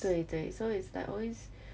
对对 so it's like always